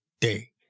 day